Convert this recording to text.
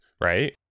right